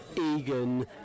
Egan